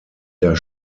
der